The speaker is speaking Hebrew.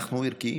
אנחנו ערכיים.